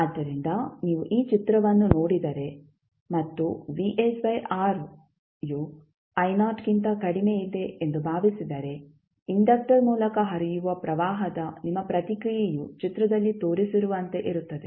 ಆದ್ದರಿಂದ ನೀವು ಈ ಚಿತ್ರವನ್ನು ನೋಡಿದರೆ ಮತ್ತು ಯು ಗಿಂತ ಕಡಿಮೆಯಿದೆ ಎಂದು ಭಾವಿಸಿದರೆ ಇಂಡಕ್ಟರ್ ಮೂಲಕ ಹರಿಯುವ ಪ್ರವಾಹದ ನಿಮ್ಮ ಪ್ರತಿಕ್ರಿಯೆಯು ಚಿತ್ರದಲ್ಲಿ ತೋರಿಸಿರುವಂತೆ ಇರುತ್ತದೆ